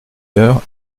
heure